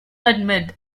admit